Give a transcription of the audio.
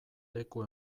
leku